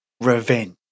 revenge